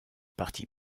partis